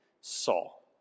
Saul